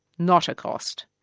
not a cost.